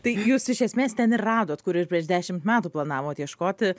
tai jūs iš esmės ten ir radot kur ir prieš dešimt metų planavot ieškoti